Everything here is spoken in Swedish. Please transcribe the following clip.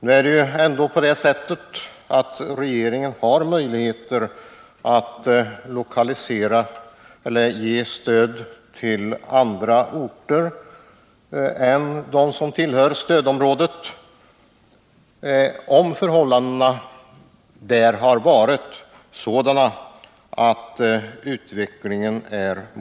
Nu är det ändå på det sättet att regeringen har möjligheter att ge stöd till andra orter än dem som tillhör stödområdet, om det är motiverat med hänsyn till utvecklingen.